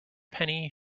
penny